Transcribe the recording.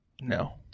No